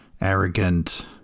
Arrogant